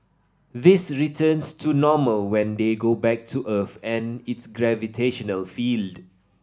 this returns to normal when they go back to Earth and its gravitational field